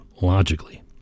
logically